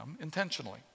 intentionally